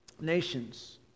nations